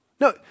No